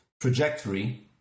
trajectory